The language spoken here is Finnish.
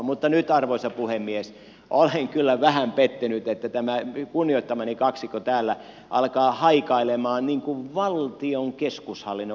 mutta nyt arvoisa puhemies olen kyllä vähän pettynyt että tämä kunnioittamani kaksikko täällä alkaa haikailemaan valtion keskushallinnon perään